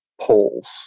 polls